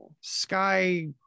sky